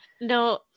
no